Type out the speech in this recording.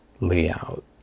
layout